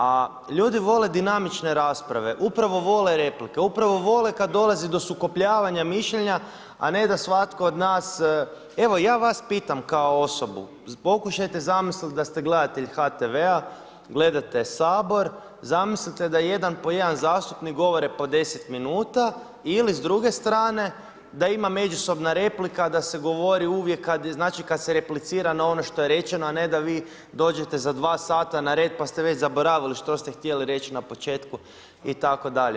A ljudi vole dinamične rasprave, upravo vole replike, upravo vole kad dolazi do sukobljavanja mišljenja, a ne da svatko od nas, evo ja vas pitam, kao osobu, pokušajte zamisliti da ste gledatelj HTV-a gledate Sabor, zamislite da jedan po jedan zastupnik govore po 10 minuta ili s druge strane da ima međusobna replika, da se govori uvijek kada, znači kad se replicira na ono što je rečeno, a ne da vi dođete za 2 h na red pa ste već zaboravili što ste htjeli reći na početku itd.